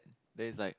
then it's like